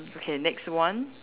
okay next one